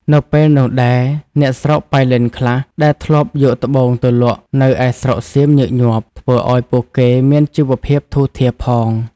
នៅពេលនោះដែរអ្នកស្រុកប៉ៃលិនខ្លះ ដែលធ្លាប់យកត្បូងទៅលក់នៅឯស្រុកសៀមញឹកញាប់ ធ្វើឲ្យពួកគេមានជីវភាពធូរធារផង។